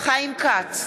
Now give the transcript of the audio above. חיים כץ,